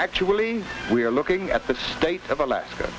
actually we are looking at the state of alaska